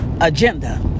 agenda